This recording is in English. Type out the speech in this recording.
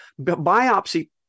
biopsy